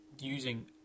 using